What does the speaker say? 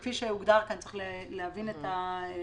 כפי שהוגדר כאן, צריך להבין את ההתנהלות.